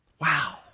Wow